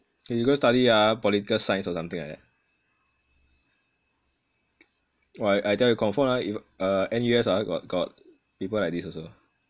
okay you go study ah political science or something like that !wah! I I tell you confirm ah if uh N_U_S ah got got people like this also